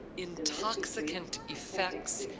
intoxicant effects,